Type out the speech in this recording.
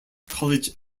college